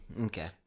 Okay